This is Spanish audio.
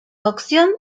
cocción